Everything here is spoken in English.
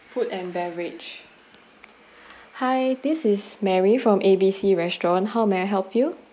food and beverage hi this is mary from a b c restaurant how may I help you